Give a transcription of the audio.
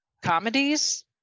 comedies